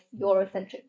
Eurocentric